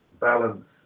balance